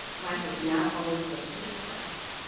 life is not always what you expect,